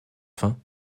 fin